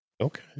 Okay